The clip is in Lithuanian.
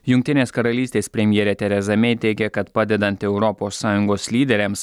jungtinės karalystės premjerė tereza mei teigė kad padedant europos sąjungos lyderiams